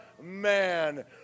man